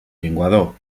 llenguadoc